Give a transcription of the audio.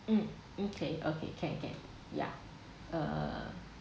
mm okay okay can can ya err